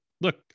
look